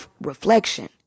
reflection